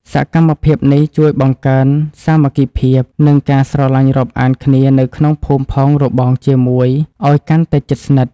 សកម្មភាពនេះជួយបង្កើនសាមគ្គីភាព និងការស្រឡាញ់រាប់អានគ្នានៅក្នុងភូមិផងរបងជាមួយឱ្យកាន់តែជិតស្និទ្ធ។